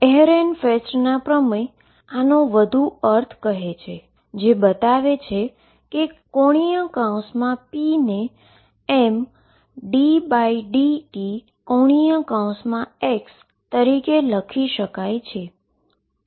એહરેનફેસ્ટના પ્રમેય આનો વધુ અર્થ કહે છે જે બતાવે છે કે ⟨p⟩ ને mddt⟨x⟩ તરીકે લખી શકાય છે